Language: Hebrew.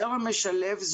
זרם משלב,